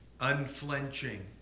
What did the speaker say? unflinching